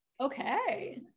Okay